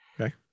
Okay